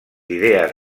idees